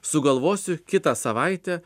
sugalvosiu kitą savaitę